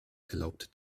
erlaubt